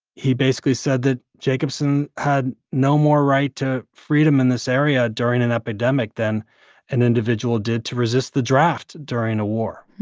he basically said that jacobson had no more right to freedom in this area during an epidemic than an individual did to resist the draft during a war